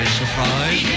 surprise